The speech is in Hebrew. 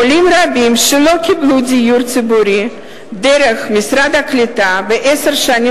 עולים רבים שלא קיבלו דיור ציבורי דרך משרד הקליטה בעשר השנים